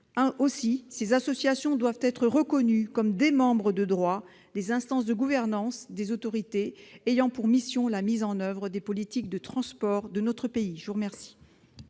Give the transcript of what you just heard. Aussi ces associations doivent-elles être reconnues comme des membres de droit des instances de gouvernance des autorités ayant pour mission la mise en oeuvre des politiques de transport de notre pays. Quel